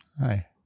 Hi